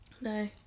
No